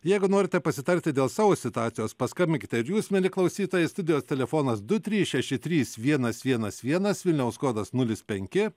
jeigu norite pasitarti dėl savo situacijos paskambinkite ir jūs mieli klausytojai studijos telefonas du trys šeši trys vienas vienas vienas vilniaus kodas nulis penki